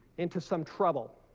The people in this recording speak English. into some trouble